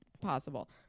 possible